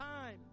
time